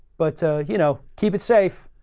but, you know, keep it safe.